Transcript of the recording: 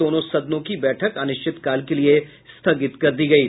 दोनों सदनों की बैठक अनिश्चितकाल के लिये स्थगित कर दी गयी